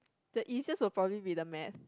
the easiest would probably be the math